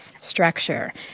structure